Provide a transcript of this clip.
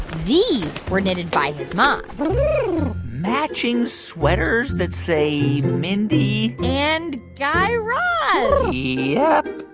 these were knitted by his mom matching sweaters that say mindy. and guy raz yep,